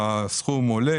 הסכום עולה,